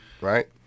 right